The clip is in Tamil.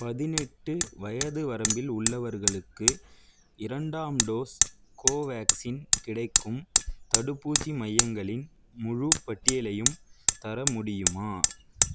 பதினெட்டு வயது வரம்பில் உள்ளவர்களுக்கு இரண்டாம் டோஸ் கோவேக்சின் கிடைக்கும் தடுப்பூசி மையங்களின் முழுப் பட்டியலையும் தர முடியுமா